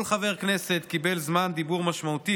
כל חבר כנסת קיבל זמן דיבור משמעותי